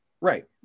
Right